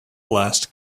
last